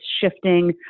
shifting